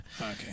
Okay